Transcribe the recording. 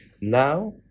now